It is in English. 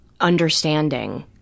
understanding